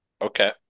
Okay